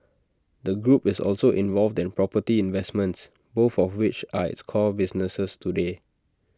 the group is also involved in property investments both of which are its core businesses today